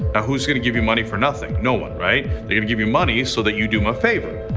ah who's gonna give you money for nothing? no one right? they're gonna give you money so that you do them a favor.